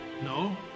No